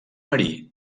marí